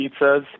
pizzas